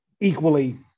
Equally